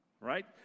right